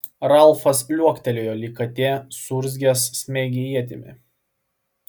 ralfas liuoktelėjo lyg katė suurzgęs smeigė ietimi